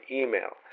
email